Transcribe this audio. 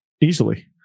easily